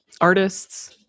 artists